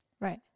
Right